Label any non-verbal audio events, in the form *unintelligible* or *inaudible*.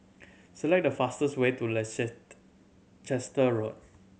select the fastest way to *unintelligible* Road